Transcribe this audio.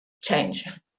change